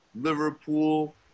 Liverpool